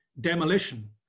demolition